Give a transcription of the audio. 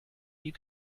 you